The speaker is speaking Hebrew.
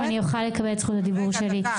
אם אני אוכל לקבל את זכות הדיבור שלי.